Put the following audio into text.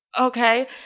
Okay